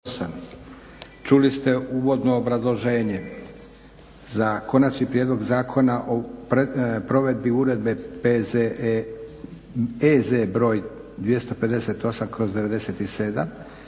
Čuli ste uvodno obrazloženje za - Konačni prijedlog Zakona o provedbi Uredbe (EZ) br. 258/97